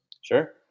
Sure